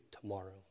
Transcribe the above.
tomorrow